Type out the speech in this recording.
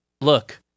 look